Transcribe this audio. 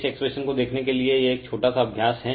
इस एक्सप्रेशन को देखने के लिए यह एक छोटा सा अभ्यास है